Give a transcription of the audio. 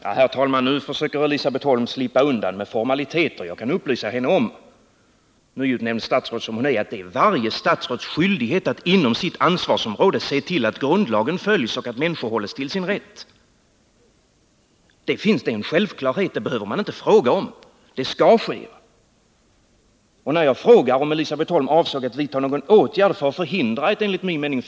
Abortfrågan har genom åren djupt engagerat många människor. Av den anledningen är det viktigt att den utvärdering som nu skall ske genomförs så att alla som arbetat med denna fråga har förtroende för att problematiken blir allsidigt belyst — inte minst från etisk och moralisk utgångspunkt.